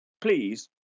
please